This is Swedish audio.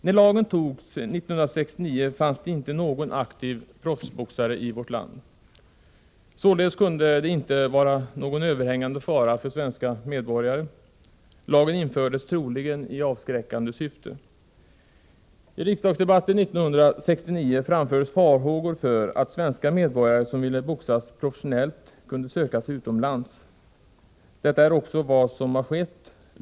När lagen antogs 1969 fanns det inte någon aktiv proffsboxare i vårt land. Således kunde det inte vara någon överhängande fara för svenska medborgare. Lagen infördes troligen i avskräckande syfte. I riksdagsdebatten 1969 framfördes farhågor för att svenska medborgare som ville boxas professionellt kunde söka sig utomlands. Detta är också vad som har skett.